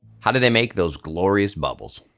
how do they make those glorious bubbles?